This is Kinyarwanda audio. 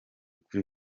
kuri